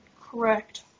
Correct